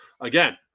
again